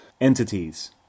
entities